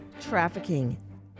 trafficking